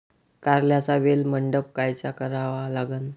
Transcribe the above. कारल्याचा वेल मंडप कायचा करावा लागन?